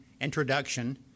introduction